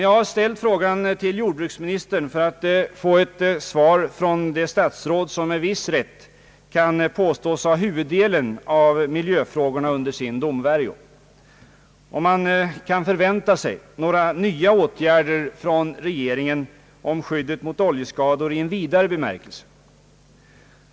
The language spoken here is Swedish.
Jag har ställt den frågan till jordbruksministern — för att få ett svar från det statsråd som med viss rätt kan påstås ha huvuddelen av miljöfrågorna under sin domvärjo — om man kan förvänta sig några nya åtgärder från regeringens sida i fråga om skyddet mot oljeskador i vidare bemärkelse.